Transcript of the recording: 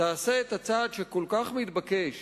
תעשה את הצעד שכל כך מתבקש